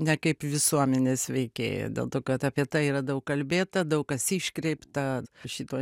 ne kaip visuomenės veikėją dėl to kad apie tai yra daug kalbėta daug kas iškreipta šito